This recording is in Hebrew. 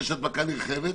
יש הדבקה נרחבת.